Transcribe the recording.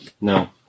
No